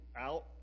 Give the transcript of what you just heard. out